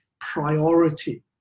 priority